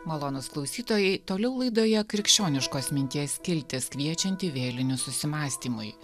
malonūs klausytojai toliau laidoje krikščioniškos minties skiltis kviečianti vėlinių susimąstymui